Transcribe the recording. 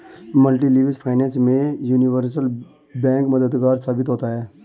multilevel finance में universal bank मददगार साबित होता है